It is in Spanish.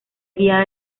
guiada